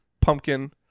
pumpkin